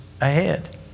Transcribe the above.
ahead